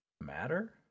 matter